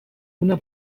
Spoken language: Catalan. una